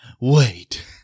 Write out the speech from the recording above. wait